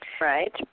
Right